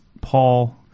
Paul